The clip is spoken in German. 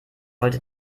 wollte